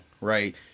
right